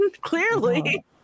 clearly